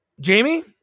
Jamie